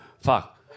fuck